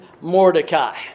Mordecai